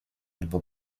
albo